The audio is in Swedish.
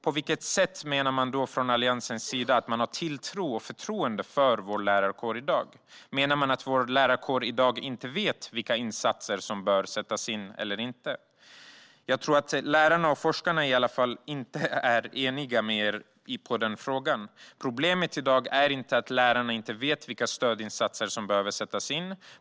På vilket sätt menar Alliansen att de har tilltro till och förtroende för vår lärarkår i dag? Menar de att vår lärarkår i dag inte vet vilka insatser som bör sättas in eller inte? Jag tror i alla fall inte att lärarna och forskarna håller med Alliansen i den frågan. Problemet i dag är inte att lärarna inte vet vilka stödinsatser som behöver sättas in.